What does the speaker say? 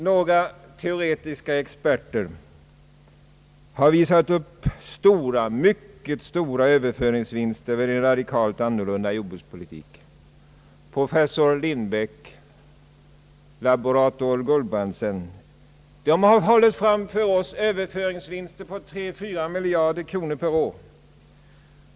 Några teoretiska experter har gjort gällande att mycket stora överföringsvinster kan göras vid en radikalt annorlunda jordbrukspolitik. Professor Lindbeck och laborator Gulbrandsen har hållit fram för oss överföringsvinster på 3—4 miljarder kronor per år.